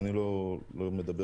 אני לא מדבר בשם בנק אחר.